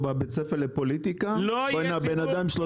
בקונספציה שאתם מציעים פה היום,